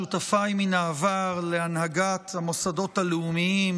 שותפיי מן העבר להנהגת המוסדות הלאומיים